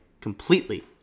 completely